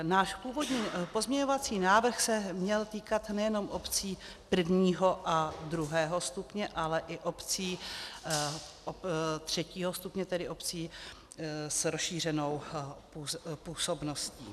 Náš původní pozměňovací návrh se měl týkat nejenom obcí prvního a druhého stupně, ale i obcí třetího stupně, tedy obcí s rozšířenou působností.